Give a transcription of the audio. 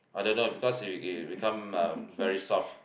I don't know because it it become uh very soft